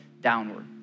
downward